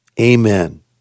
Amen